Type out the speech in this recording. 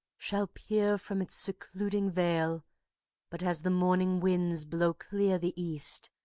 shall peer from its secluding veil but as the morning wind blows clear the east,